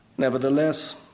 Nevertheless